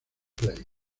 play